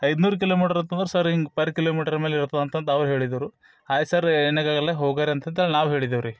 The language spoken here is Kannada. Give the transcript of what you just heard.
ಐದ್ನೂರು ಕಿಲೋಮೀಟ್ರ್ ಅಂತ ಅಂದ್ರೆ ಸರ್ ಹಿಂಗ್ ಪರ್ ಕಿಲೋಮೀಟ್ರ್ ಮೇಲೆ ಇರ್ತದಂತ ಅಂತ ಅವ್ರು ಹೇಳಿದರು ಆಯ್ತು ಸರ್ ಏನಾಗೋಗಲ್ಲ ಹೋಗಿರಿ ಅಂತಂತೇಳಿ ನಾವು ಹೇಳಿದೇವರಿ